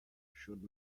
should